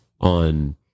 on